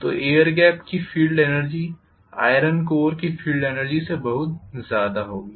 तो air gap की field energy iron core की फील्ड एनर्जी से बहुत ज्यादा होगी